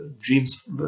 dreams